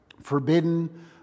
Forbidden